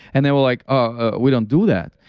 and they will like, ah, we don't do that.